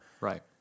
Right